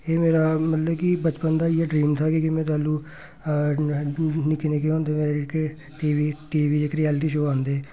एह् मेरा मतलब कि बचपन दा इ'यै ड्रीम था क्योंकि में तेल्लू निक्के निक्के होंदे होई कि T V T V V च जेह्के रियालटी शो आंदे